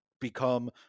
become